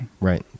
Right